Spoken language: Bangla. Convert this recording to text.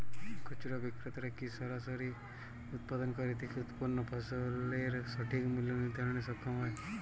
খুচরা বিক্রেতারা কী সরাসরি উৎপাদনকারী থেকে উৎপন্ন ফসলের সঠিক মূল্য নির্ধারণে সক্ষম হয়?